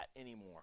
anymore